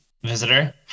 visitor